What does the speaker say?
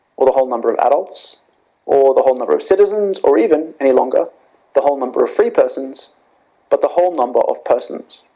or the whole number of adults or the whole number of citizens or even any longer the whole number of free persons but the whole number of persons.